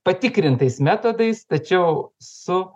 patikrintais metodais tačiau su